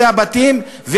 נלבין את כל עשרות-אלפי הבתים.